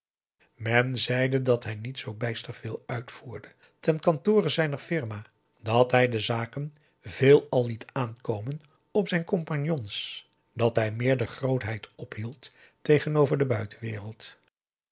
men zeide dat hij niet zoo bijster veel uitvoerde ten kantore zijner firma dat hij de zaken veelal liet aankomen op zijn compagnons dat hij meer de grootheid ophield tegenover de buitenwereld